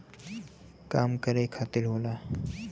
काम करे खातिर होला